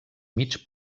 mig